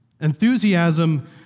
Enthusiasm